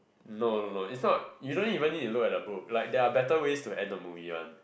no no no is not you don't even need to look at the book like there are better ways to end the movie one